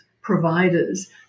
providers